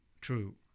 true